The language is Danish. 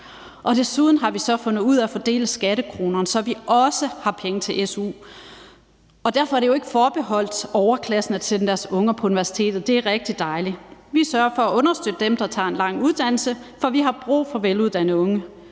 Desuden har vi så fundet ud af at fordele skattekronerne, så vi også har penge til su. Derfor er det jo ikke forbeholdt overklassen at sende deres unger på universitetet. Det er rigtig dejligt. Vi sørger for at understøtte dem, der tager en lang uddannelse, for vi har brug for veluddannede unge,